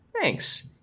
Thanks